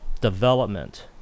development